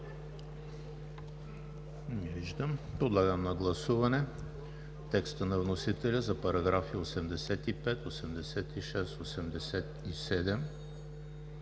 Не виждам. Подлагам на гласуване текста на вносителя за параграфи 85, 86, 87,